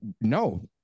no